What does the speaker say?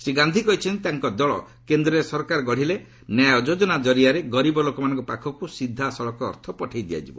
ଶ୍ରୀ ଗାନ୍ଧି କହିଛନ୍ତି ତାଙ୍କ ଦଳ କେନ୍ଦରେ ସରକାର ଗଢ଼ିଲେ ନ୍ୟାୟ ଯୋଜନା ଜରିଆରେ ଗରିବ ଲୋକମାନଙ୍କ ପାଖକୁ ସିଧାସଳଖ ଅର୍ଥ ପଠାଇ ଦିଆଯିବ